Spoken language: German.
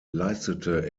leistete